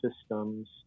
systems